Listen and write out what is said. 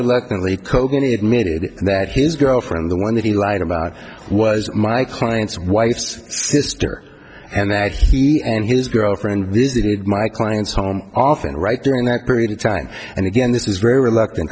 reluctantly cogan admitted that his girlfriend the one that he lied about was my client's wife's sister and that he and his girlfriend visited my client's home often right during that period of time and again this is very reluctant